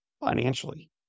Financially